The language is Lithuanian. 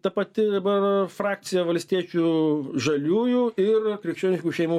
ta pati dabar frakcija valstiečių žaliųjų ir krikščioniškų šeimų